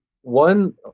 one